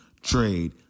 trade